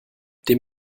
dem